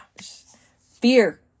Fear